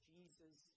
Jesus